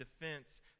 defense